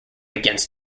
against